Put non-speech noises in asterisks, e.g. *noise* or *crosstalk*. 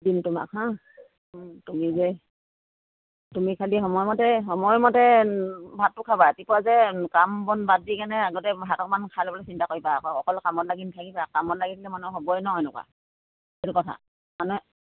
দিম তোমাক হা তুমি যে তুমি খালি সময়মতে সময়মতে ভাতটো খাবা ৰাতিপুৱা যে কাম বন বাদ দি কেনে আগতে ভাত অকমান খাই ল'বলে চিন্তা কৰিবা আকৌ অকল কামত লাগি নাথাকিবা কামত লাগিলে মানুহৰ হ'বই ন এনেকুৱা *unintelligible* মানে